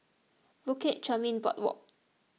Bukit Chermin Boardwalk